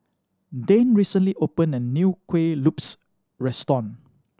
Dane recently opened a new Kuih Lopes restaurant